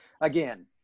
again